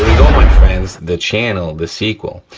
go my friends, the channel, the sequel,